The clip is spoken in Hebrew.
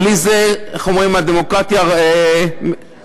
בלי זה, איך אומרים, הדמוקרטיה הרי מקרטעת.